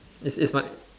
it's it's my